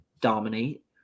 dominate